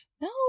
no